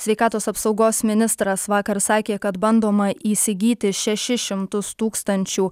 sveikatos apsaugos ministras vakar sakė kad bandoma įsigyti šešis šimtus tūkstančių